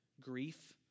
grief